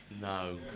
No